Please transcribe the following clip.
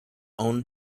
own